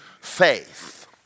faith